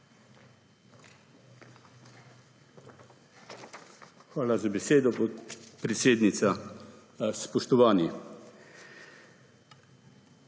Hvala za besedo, podpredsednica. Spoštovani!